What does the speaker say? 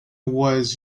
was